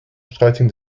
streitigen